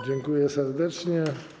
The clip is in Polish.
Dziękuję serdecznie.